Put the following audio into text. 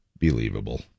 believable